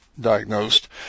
diagnosed